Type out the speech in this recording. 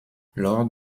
lors